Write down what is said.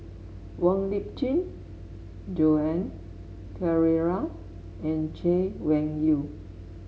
Wong Lip Chin Joan Pereira and Chay Weng Yew